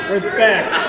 Respect